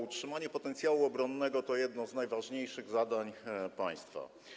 Utrzymanie potencjału obronnego to jedno z najważniejszych zadań państwa.